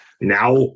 now